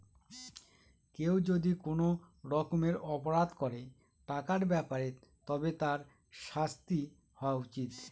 কেউ যদি কোনো রকমের অপরাধ করে টাকার ব্যাপারে তবে তার শাস্তি হওয়া উচিত